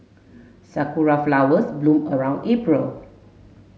sakura flowers bloom around April